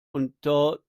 unter